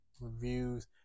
reviews